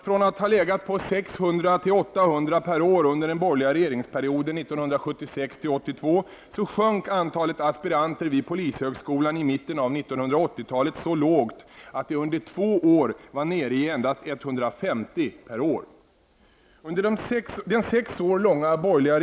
Från att ha legat på 600--800 aspiranter per år under den borgerliga regeringsperioden 1976-- 1982, sjönk antalet aspiranter vid polishögskolan i mitten av 1980-talet så lågt att det under två år var nere i endast 150 per år.